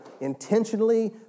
intentionally